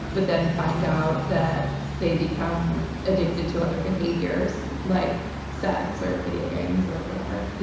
but then find out that they become addicted to other behaviors like sex or video games or whatever.